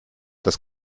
das